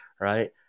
Right